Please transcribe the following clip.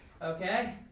Okay